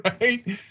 right